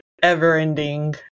ever-ending